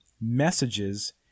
messages